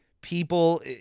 people